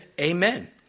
Amen